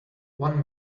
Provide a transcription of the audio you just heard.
one